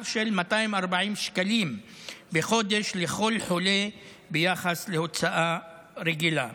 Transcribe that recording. של 240 שקלים בחודש לכל חולה ביחס להוצאה רגילה.